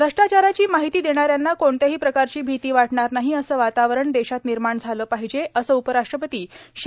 भ्रष्टाचाराची माहिती देणाऱ्यांना कोणत्याही प्रकारची भीती वाटणार नाही असं वातावरण देशात निर्माण झालं पाहिजे असं उपराष्ट्रपती श्री